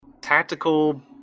tactical